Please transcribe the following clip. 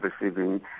receiving